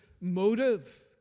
motive